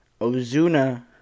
Ozuna